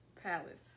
palace